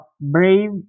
brave